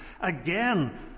Again